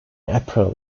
april